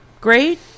Great